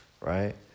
right